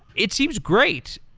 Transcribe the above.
it seems great,